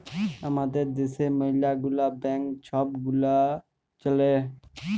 আমাদের দ্যাশে ম্যালা গুলা ব্যাংক ছব গুলা চ্যলে